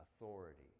authority